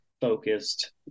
focused